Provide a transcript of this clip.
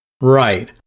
Right